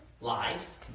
life